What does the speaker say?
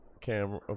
camera